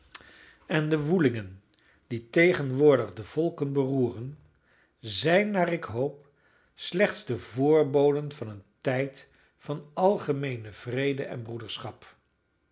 en de woelingen die tegenwoordig de volken beroeren zijn naar ik hoop slechts de voorboden van een tijd van algemeenen vrede en broederschap